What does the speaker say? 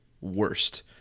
worst